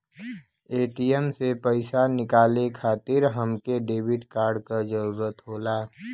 ATM से पइसा निकाले खातिर हमके डेबिट कार्ड क जरूरत होला